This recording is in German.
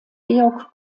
georg